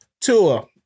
Tua